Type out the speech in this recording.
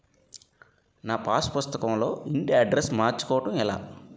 నా పాస్ పుస్తకం లో ఇంటి అడ్రెస్స్ మార్చుకోవటం ఎలా?